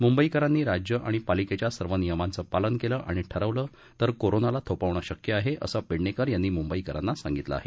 मुंबईकरांनी राज्य आणि पालिकेच्या सर्व नियमांचं पालन केलं आणि ठरवलं तर कोरोनाला थोपवणं शक्य आहे असं पेडणेकर यांनी मुंबईकरांना सांगितलं आहे